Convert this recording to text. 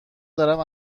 دارم